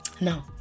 No